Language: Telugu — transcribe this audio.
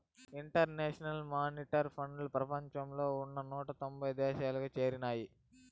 ఇంటర్నేషనల్ మానిటరీ ఫండ్లో ప్రపంచంలో ఉన్న నూట తొంభై దేశాలు చేరినాయి